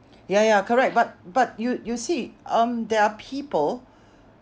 ya ya correct but but you you see um there are people